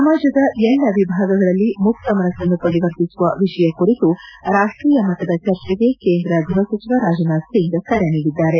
ಸಮಾಜದ ಎಲ್ಲಾ ವಿಭಾಗಗಳಲ್ಲಿ ಮುಕ್ತ ಮನಸ್ಸನ್ನು ವರಿವರ್ತಿಸುವ ವಿಷಯ ಕುರಿತು ರಾಷ್ವೀಯ ಮಟ್ಟದ ಚರ್ಚೆಗೆ ಕೇಂದ್ರ ಗ್ಲಹ ಸಚಿವ ರಾಜನಾಥ್ ಸಿಂಗ್ ಕರೆ ನೀಡಿದ್ದಾರೆ